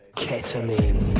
ketamine